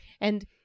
And-